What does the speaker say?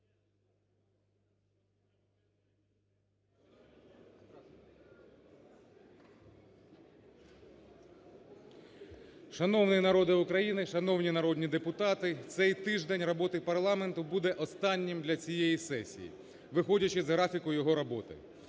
Шановний народе України, шановні народні депутати! Цей тиждень роботи парламенту буде останнім для цієї сесії, виходячи з графіку його роботи.